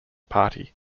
party